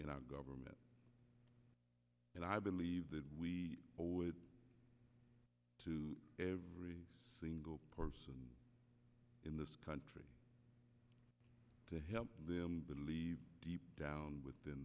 in our government and i believe that we owe it to every single person in this country to help them believe deep down within